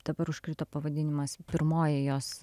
dabar užkrito pavadinimas pirmoji jos